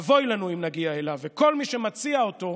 אבוי לנו אם נגיע אליו, וכל מי שמציע אותו,